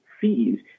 fees